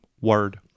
Word